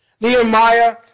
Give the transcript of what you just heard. Nehemiah